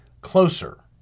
closer